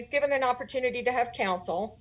he's given an opportunity to have coun